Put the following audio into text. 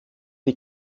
die